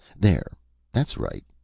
there that's right.